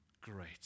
Great